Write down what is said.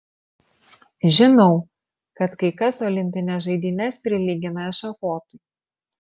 žinau kad kai kas olimpines žaidynes prilygina ešafotui